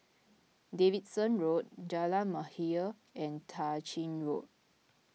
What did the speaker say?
Davidson Road Jalan Mahir and Tah Ching Road